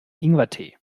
ingwertee